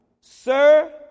Sir